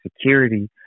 security